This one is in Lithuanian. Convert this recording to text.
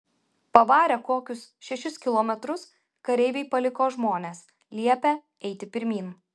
pavarę kokius šešis kilometrus kareiviai paliko žmones liepę eiti pirmyn